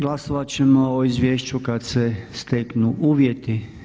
Glasovat ćemo o izvješću kad se steknu uvjeti.